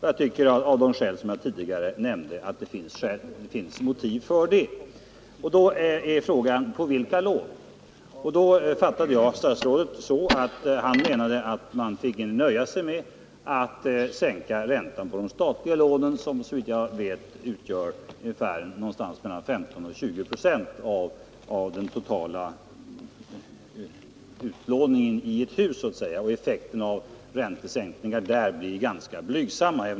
Jag tycker, av skäl som jag tidigare nämnde, att det finns motiv för det. Frågan är då på vilka lån det skall ske. Statsrådet menade — om jag fattade honom rätt — att man fick nöja sig med att sänka räntan på de statliga lånen som, såvitt jag vet, utgör ungefär mellan 15 och 20 procent av den totala utlåningen i ett hus. Effekten av räntesänkningen där blir ganska blygsam.